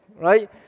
right